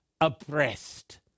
oppressed